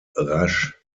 rasch